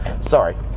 Sorry